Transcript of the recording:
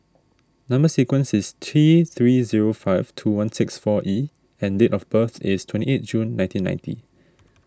Number Sequence is T three zero five two one six four E and date of birth is twenty eight June nineteen ninety